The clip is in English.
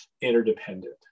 interdependent